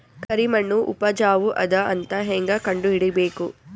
ಕರಿಮಣ್ಣು ಉಪಜಾವು ಅದ ಅಂತ ಹೇಂಗ ಕಂಡುಹಿಡಿಬೇಕು?